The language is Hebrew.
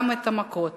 גם את המכות.